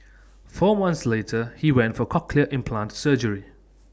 four months later he went for cochlear implant surgery